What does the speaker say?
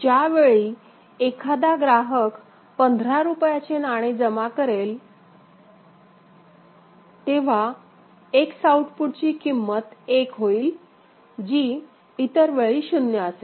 ज्या वेळी एखादा ग्राहक १५ रुपयांची नाणी जमा करेल तेव्हा X आउटपुटची किंमत 1 होईल जी इतर वेळी 0 असेल